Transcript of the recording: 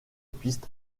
pistes